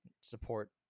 support